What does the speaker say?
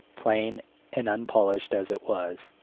plain and unpolished as it was,